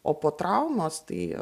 o po traumos tai